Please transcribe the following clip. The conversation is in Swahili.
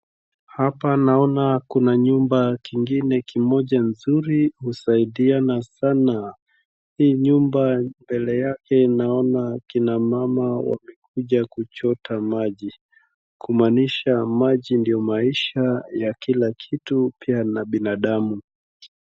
Hapa naona kuna nyumba kingine kimoja nzuri husaidiana sana. Hii nyumba mbele yake naona kina mama wamekuja kuchota maji, kumaanisha maji ndio maisha ya kila kitu pia na binadamu.